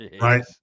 right